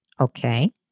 Okay